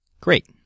Great